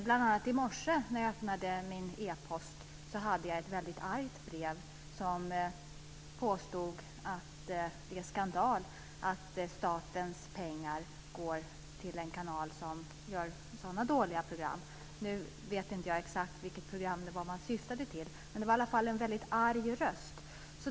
Bl.a. i morse fann jag, när jag öppnade min e-post, ett väldigt argt brev där man sade att det är skandal att statens pengar går till en kanal som gör så dåliga program. Nu vet jag inte exakt vilka program som man syftade på, men det var i alla fall en väldigt arg röst.